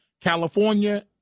California